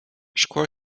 szkło